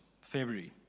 February